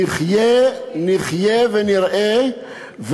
נחיה ונראה.